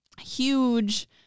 huge